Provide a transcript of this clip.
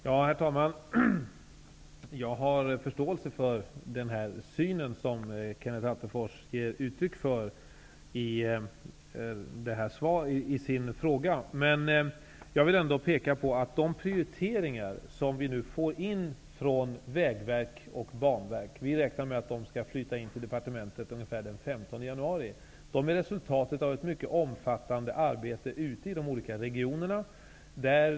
Herr talman! Jag har förståelse för den syn som Kenneth Attefors ger uttryck för i sin fråga. Jag vill ändock peka på att de prioriteringar som vi på departementet beräknar få från Vägverket och Banverket ungefär den 15 februari är resultatet av ett mycket omfattande arbete ute i regionerna.